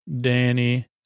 Danny